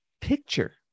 picture